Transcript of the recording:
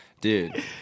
Dude